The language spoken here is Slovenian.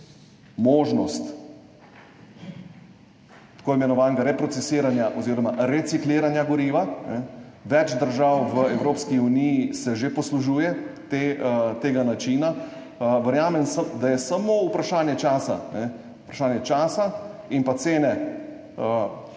možnost tako imenovanega reprocesiranja oziroma recikliranja goriva. Več držav v Evropski uniji se že poslužuje tega načina, verjamem, da je samo vprašanje časa, vprašanje